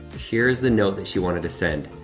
here's the note that she wanted to send.